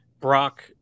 Brock